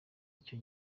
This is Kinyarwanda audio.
icyo